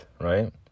right